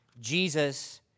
Jesus